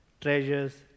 treasures